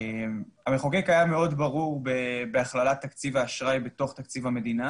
המחוקק היה מאוד ברור בהכללת תקציב האשראי בתוך תקציב המדינה